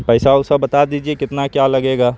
پیسہ ویسہ بتا دیجیے کتنا کیا لگے گا